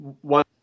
One